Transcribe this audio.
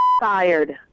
fired